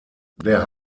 der